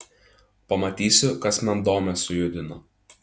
pamatysiu kas man domę sujudina